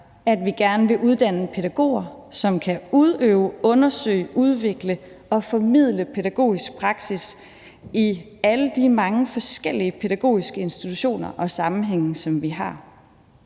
at vi gerne vil uddanne pædagoger, som kan udøve, undersøge, udvikle og formidle pædagogisk praksis i alle de mange forskellige pædagogiske institutioner og sammenhænge, som vi har.